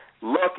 look